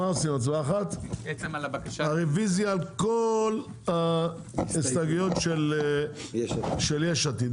הצבעה אחת, רביזיה על כל ההסתייגויות של יש עתיד.